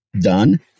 done